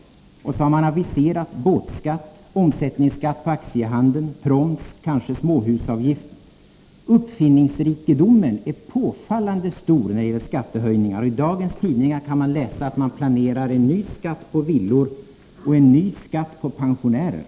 Man har aviserat båtskatt, omsättningsskatt på aktiehandeln, proms och kanske småhusavgift. Uppfinningsrikedomen är påfallande stor när det gäller skattehöjningar, och i dagens tidningar kan man läsa att regeringen planerar en ny skatt på villor och en ny skatt för pensionärer.